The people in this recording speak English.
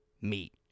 meet